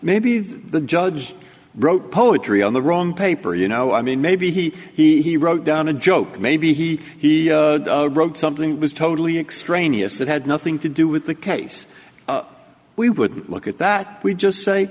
maybe the judge wrote poetry on the wrong paper you know i mean maybe he he he wrote down a joke maybe he he wrote something that was totally extraneous that had nothing to do with the case we would look at that we just say